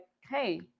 hey